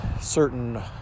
certain